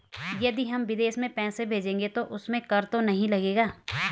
यदि हम विदेश में पैसे भेजेंगे तो उसमें कर तो नहीं लगेगा?